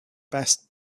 best